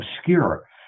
obscure